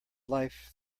life